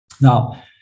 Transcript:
Now